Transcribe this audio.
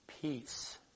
Peace